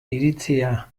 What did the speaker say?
iritzia